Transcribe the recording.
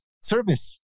service